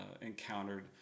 encountered